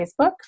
Facebook